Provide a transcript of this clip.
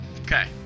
Okay